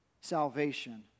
salvation